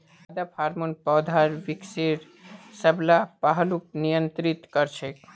पादप हार्मोन पौधार विकासेर सब ला पहलूक नियंत्रित कर छेक